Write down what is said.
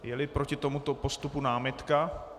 Jeli proti tomuto postupu námitka?